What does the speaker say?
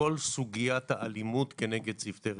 בכל סוגיית האלימות כנגד צוותי רפואה.